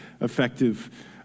effective